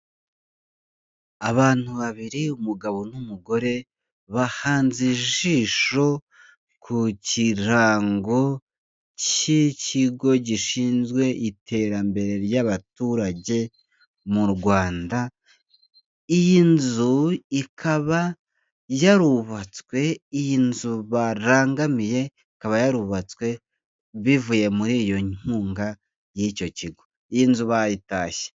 Abantu babiri umugabo n'umugore bahanze ijisho ku kirango cy'ikigo gishinzwe iterambere ry'abaturage mu Rwanda, iyi nzu ikaba yarubatswe, iyi nzu barangamiye ikaba yarubatswe bivuye muri iyo nkunga y'icyo kigo, iyi nzu bayitashye.